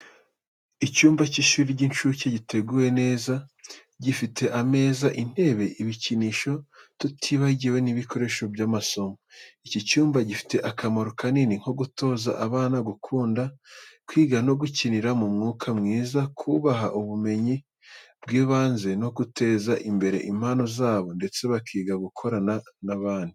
Icyumba cy’ishuri ry’incuke giteguwe neza, gifite ameza, intebe, ibikinisho, tutibagiwe n'ibikoresho by’amasomo. Iki cyumba gifite akamaro kanini nko gutoza abana gukunda kwiga no gukinira mu mwuka mwiza, kubaha ubumenyi bw’ibanze no guteza imbere impano zabo ndetse bakiga gukorana n’abandi.